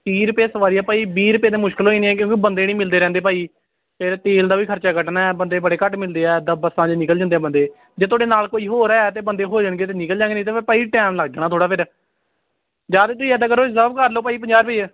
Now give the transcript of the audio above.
ਤੀਹ ਰੁਪਏ ਸਵਾਰੀ ਹੈ ਭਾਅ ਜੀ ਵੀਹ ਰੁਪਏ ਦਾ ਮੁਸ਼ਕਿਲ ਹੋ ਜਾਣੀ ਹੈ ਕਿਉਂਕਿ ਬੰਦੇ ਨਹੀਂ ਮਿਲਦੇ ਰਹਿੰਦੇ ਭਾਅ ਜੀ ਫਿਰ ਤੇਲ ਦਾ ਵੀ ਖਰਚਾ ਕੱਢਣਾ ਬੰਦੇ ਬੜੇ ਘੱਟ ਮਿਲਦੇ ਆ ਇੱਦਾਂ ਬੱਸਾਂ 'ਚ ਨਿਕਲ ਜਾਂਦੇ ਆ ਬੰਦੇ ਜੇ ਤੁਹਾਡੇ ਨਾਲ ਕੋਈ ਹੋਰ ਹੈ ਤਾਂ ਬੰਦੇ ਹੋ ਜਾਣਗੇ ਅਤੇ ਨਿਕਲ ਜਾਂਗੇ ਨਹੀਂ ਤਾਂ ਫਿਰ ਭਾਅ ਜੀ ਟਾਈਮ ਲੱਗ ਜਾਣਾ ਥੋੜ੍ਹਾ ਫਿਰ ਜਾਂ ਤਾਂ ਤੁਸੀਂ ਇੱਦਾਂ ਕਰੋ ਰਿਜ਼ਰਵ ਕਰ ਲਓ ਭਾਅ ਜੀ ਪੰਜਾਹ ਰੁਪਈਏ